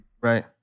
Right